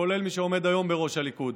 כולל מי שעומד היום בראש הליכוד.